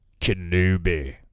Kenobi